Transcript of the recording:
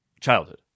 childhood